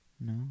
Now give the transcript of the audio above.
No